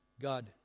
God